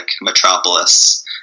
metropolis